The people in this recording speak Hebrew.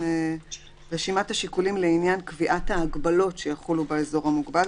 רשימת השיקולים לעניין קביעת ההגבלות שיחולו באזור המוגבל,